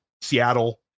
Seattle